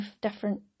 different